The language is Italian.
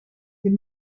del